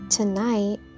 Tonight